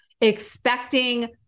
expecting